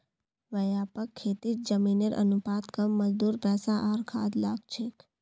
व्यापक खेतीत जमीनेर अनुपात कम मजदूर पैसा आर खाद लाग छेक